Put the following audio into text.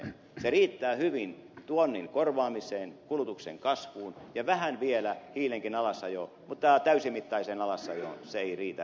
se riittää hyvin tuonnin korvaamiseen kulutuksen kasvuun ja vähän vielä hiilenkin alasajoon mutta täysimittaiseen alasajoon se ei riitä